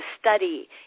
study